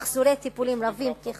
בבית-החולים "רמב"ם" אין?